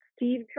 Steve